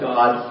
God